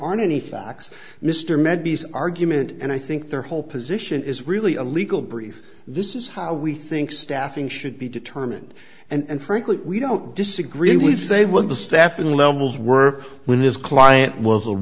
aren't any facts mr med b s argument and i think their whole position is really a legal brief this is how we think staffing should be determined and frankly we don't disagree we say with the staffing levels were when his client